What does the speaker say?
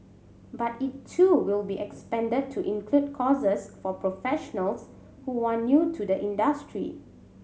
but it too will be expanded to include courses for professionals who are new to the industry